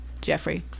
Jeffrey